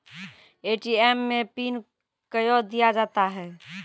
ATM मे PIN कयो दिया जाता हैं?